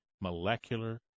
Molecular